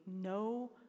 no